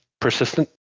Persistent